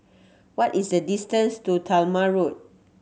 what is the distance to Talma Road